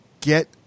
get